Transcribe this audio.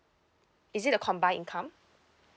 is it a combine income